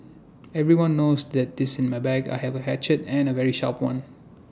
everyone knows that this in my bag I have A hatchet and A very sharp one